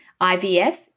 IVF